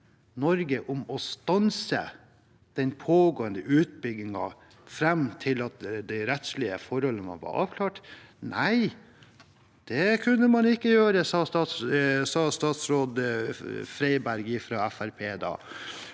Norge om å stanse den pågående utbyggingen fram til at de rettslige forholdene var avklart. Nei, det kunne man ikke gjøre, sa tidligere statsråd